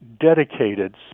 dedicated